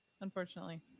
Unfortunately